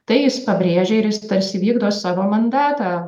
tai jis pabrėžė ir jis tarsi vykdo savo mandatą